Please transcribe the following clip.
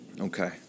Okay